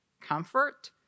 comfort